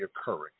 occurring